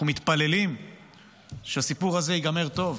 אנחנו מתפללים שהסיפור הזה ייגמר טוב,